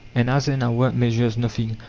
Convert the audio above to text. and as an hour measures nothing,